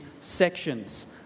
sections